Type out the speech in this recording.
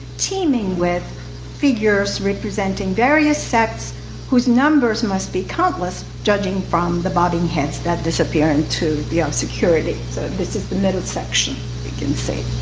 teeming with figures representing various sects whose numbers must be countless, judging from the bobbing heads that disappear into the ah obscurity. so this is the middle section we can see.